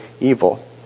evil